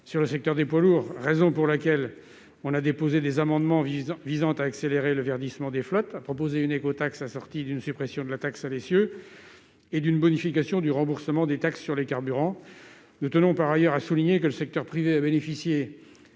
sur le secteur des poids lourds, et c'est pourquoi nous avons déposé des amendements visant à accélérer le verdissement des flottes et à créer une écotaxe assortie d'une suppression de la taxe à l'essieu et d'une bonification du remboursement des taxes sur les carburants. Nous tenons par ailleurs à souligner que le secteur privé a bénéficié,